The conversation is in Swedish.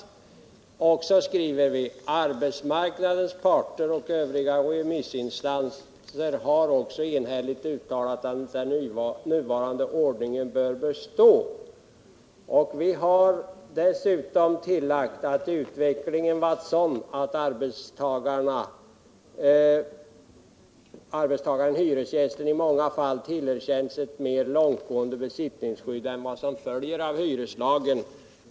Så skriver vi: ”Arbetsmarknadens parter och övriga remissinstanser har också enhälligt uttalat att den nuvarande ordningen bör bestå.” Vi har dessutom tillagt att ”utvecklingen varit sådan att arbetstagaren/hyresgästen i många fall tillerkänts ett mer långtgående besittningsskydd än vad som följer av hyreslagen”.